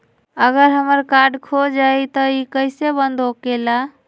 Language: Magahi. अगर हमर कार्ड खो जाई त इ कईसे बंद होकेला?